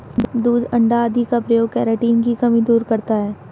दूध अण्डा आदि का प्रयोग केराटिन की कमी दूर करता है